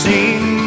Sing